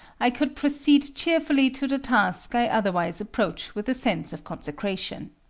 i could proceed cheerfully to the task i otherwise approach with a sense of consecration.